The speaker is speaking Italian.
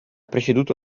preceduto